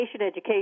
education